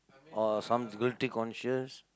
or some guilty conscious